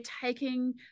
taking